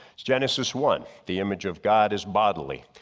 genesis one, the image of god is bodily.